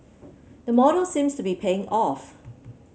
the model seems to be paying off